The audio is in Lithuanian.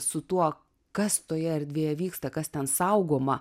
su tuo kas toje erdvėje vyksta kas ten saugoma